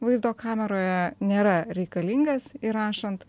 vaizdo kameroje nėra reikalingas įrašant